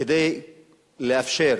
כדי לאפשר